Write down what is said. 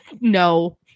no